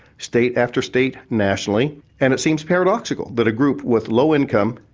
state after state, nationally and it seems paradoxical, that a group with low income,